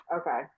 Okay